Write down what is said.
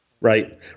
Right